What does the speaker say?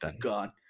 God